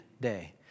day